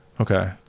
Okay